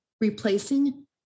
replacing